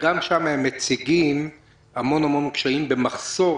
שגם שם הם מציגים המון קשיים במחסור,